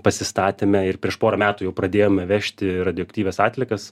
pasistatėme ir prieš porą metų jau pradėjome vežti radioaktyvias atliekas